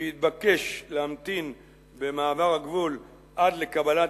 כשהתבקש להמתין במעבר הגבול עד לקבלת